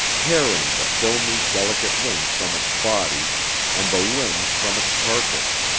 tearing the filmy, delicate wings from its body and the limbs from its carcass.